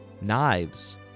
knives